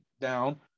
down